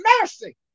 mercy